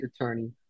attorney